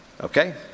okay